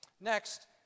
Next